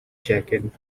jacket